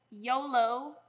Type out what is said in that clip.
YOLO